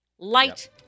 Light